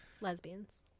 Lesbians